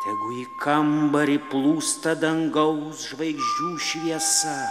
tegu į kambarį plūsta dangaus žvaigždžių šviesa